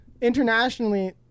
Internationally